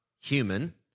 human